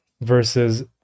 versus